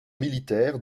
militaire